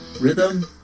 rhythm